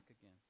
again